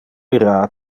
ira